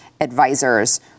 advisors